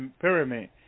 pyramid